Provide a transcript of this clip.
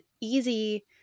easy